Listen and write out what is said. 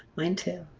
mine too.